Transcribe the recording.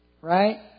right